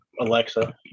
Alexa